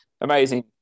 amazing